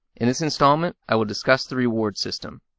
in this installment i will discuss the reward system.